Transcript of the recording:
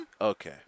Okay